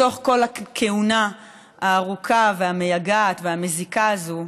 בתוך כל הכהונה הארוכה, המייגעת והמזיקה הזאת,